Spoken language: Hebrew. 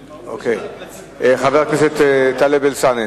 חבר הכנסת טלב אלסאנע.